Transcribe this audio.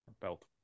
Belt